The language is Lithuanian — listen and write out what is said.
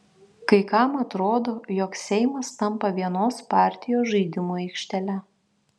kai kam atrodo jog seimas tampa vienos partijos žaidimų aikštele